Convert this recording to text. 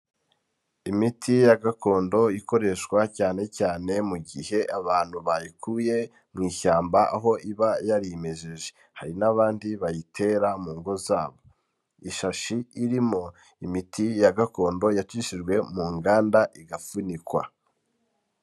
Imiti ya gakondo, ikoreshwa cyane cyane mu gihe abantu bayikuye mu ishyamba, aho iba yarimejeje. Hari n'abandi bayitera mu ngo zabo ishashi irimo imiti ya gakondo yacishijwe mu nganda igafunikwa.